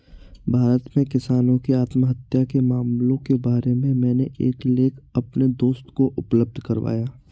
भारत में किसानों की आत्महत्या के मामलों के बारे में मैंने एक लेख अपने दोस्त को उपलब्ध करवाया